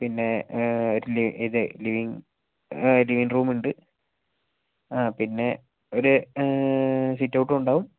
പിന്നെ ഒരു ലി ഇത് ലിവിങ് ലിവിങ് റൂം ഉണ്ട് ആ പിന്നെ ഒരു സിറ്റ് ഔട്ടും ഉണ്ടാവും